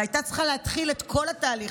והייתה צריכה להתחיל את כל התהליך.